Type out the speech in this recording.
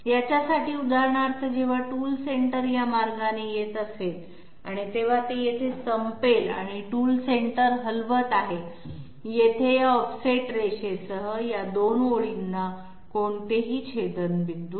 याच्या साठी उदाहरणार्थ जेव्हा टूल सेंटर या मार्गाने येत असेल तेव्हा ते येथे संपेल आणि टूल सेंटर हलवत आहे येथे या ऑफसेट रेषेसह या 2 ओळींना कोणतेही छेदनपॉईंट नाही